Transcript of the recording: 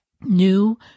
new